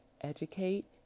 educate